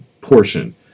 portion